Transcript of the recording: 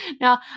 now